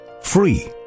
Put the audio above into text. free